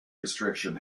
restriction